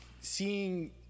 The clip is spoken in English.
seeing